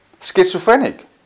Schizophrenic